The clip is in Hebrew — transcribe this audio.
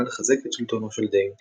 במטרה לחזק את שלטונו של דיים,